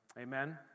Amen